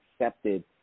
accepted